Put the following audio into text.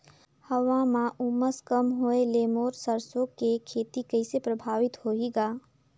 हवा म उमस कम होए ले मोर सरसो के खेती कइसे प्रभावित होही ग?